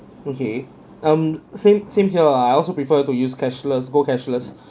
okay um same same here lah I also prefer to use cashless go cashless